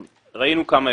וראינו כמה היבטים.